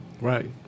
Right